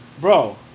bro